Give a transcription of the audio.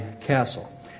Castle